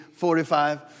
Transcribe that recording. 45